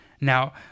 Now